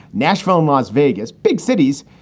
nashville and las vegas, big cities.